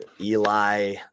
Eli